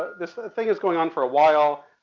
this thing is going on for awhile.